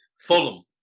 Fulham